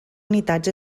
unitats